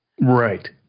Right